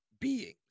beings